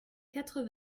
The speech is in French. quatre